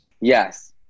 yes